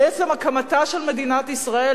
הרי עצם הקמתה של מדינת ישראל,